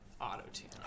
auto-tune